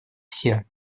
все